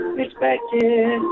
respected